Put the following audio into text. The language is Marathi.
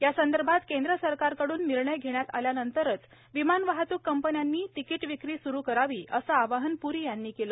या संदर्भात केंद्र सरकारकडून निर्णय घेण्यात आल्यानंतरच विमान वाहतूक कंपन्यांनी तिकीट विक्री स्रू करावी असं आवाहन प्री यांनी केलं